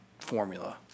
formula